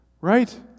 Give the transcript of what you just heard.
Right